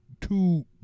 two